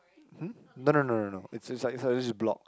hm no no no no no it's it's like it's like just block